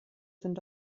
sind